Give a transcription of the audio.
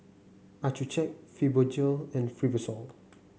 Accucheck Fibogel and Fibrosol